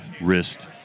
wrist